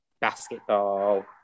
basketball